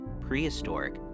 prehistoric